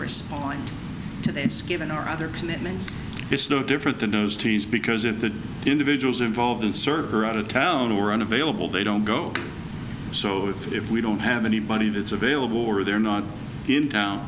respond to that it's given our other commitments it's no different than those teams because if the individuals involved insert her out of town or unavailable they don't go so if we don't have anybody that's available or they're not in town